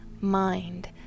mind